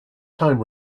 time